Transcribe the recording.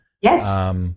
Yes